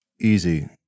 Easy